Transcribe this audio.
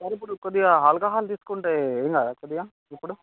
sir ఇప్పుడు కొద్దిగా alcohol తీసుకుంటే ఏం కాదా కొద్దిగా ఇప్పుడు